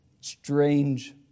strange